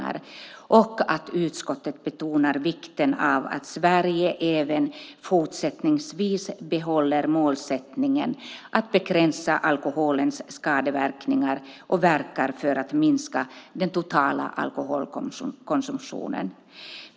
Det är även bra att utskottet betonar vikten av att Sverige även fortsättningsvis behåller målsättningen att begränsa alkoholens skadeverkningar och verkar för att minska den totala alkoholkonsumtionen.